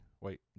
Wait